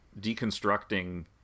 deconstructing